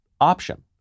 option